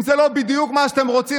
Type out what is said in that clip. אם זה לא בדיוק מה שאתם רוצים,